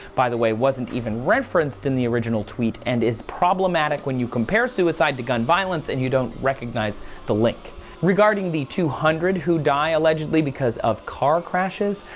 by the way, wasn't even referenced in the original tweet and is problematic when you compare suicide to gun violence and you don't recognize the link regarding the two hundred who die allegedly because of car crashes.